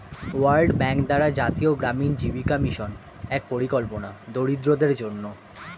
world Bank দ্বারা জাতীয় গ্রামীণ জীবিকা মিশন এক পরিকল্পনা দরিদ্রদের জন্যে